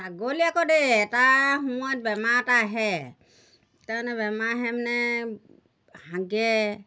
ছাগলী আকৌ দেই এটা সময়ত বেমাৰ এটা আহে তাৰমানে বেমাৰ আহে মানে হাগে